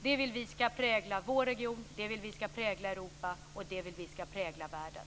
Det vill vi skall prägla vår region. Det vill vi skall prägla Europa. Det vill vi skall prägla världen.